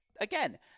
Again